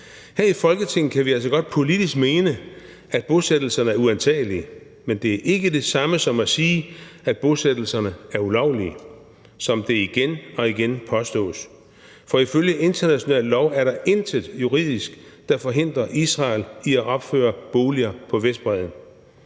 Her i Folketinget kan vi altså godt politisk mene, at bosættelserne er uantagelige, men det er ikke det samme som at sige, at bosættelserne er ulovlige, som det igen og igen påstås. For ifølge international lov er der intet juridisk, der forhindrer Israel i at opføre boliger på Vestbredden.